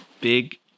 big